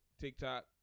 TikTok